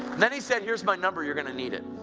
then he said, here's my number you're going to need it.